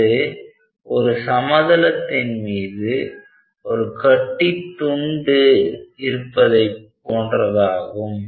அது ஒரு சமதளத்தின் மீது ஒரு கட்டி துண்டு இருப்பதை போன்றதாகும்